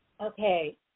Okay